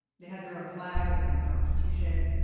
they had their own flag and their own constitution.